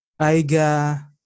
AIGA